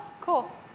Cool